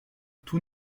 tout